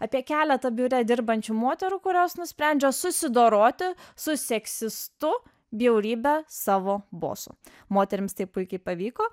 apie keletą biure dirbančių moterų kurios nusprendžia susidoroti su seksistu bjaurybe savo bosu moterims tai puikiai pavyko